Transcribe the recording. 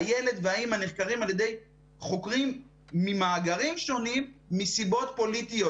הילד והאימא נחקרים על ידי חוקרים ממאגרים שונים מסיבות פוליטיות,